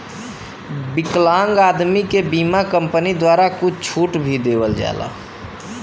विकलांग आदमी के बीमा कम्पनी द्वारा कुछ छूट भी देवल जाला